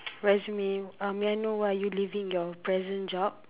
resume um may I know why are you leaving your present job